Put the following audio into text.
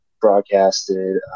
broadcasted